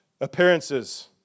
appearances